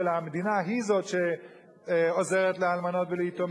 אלא המדינה היא שעוזרת לאלמנות וליתומים,